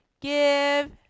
give